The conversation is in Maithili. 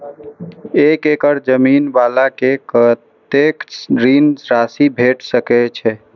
एक एकड़ जमीन वाला के कतेक ऋण राशि भेट सकै छै?